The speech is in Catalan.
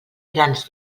grans